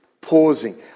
pausing